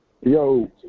Yo